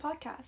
podcast